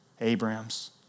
Abrams